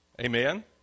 Amen